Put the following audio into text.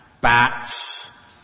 bats